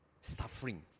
suffering